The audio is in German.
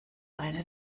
eine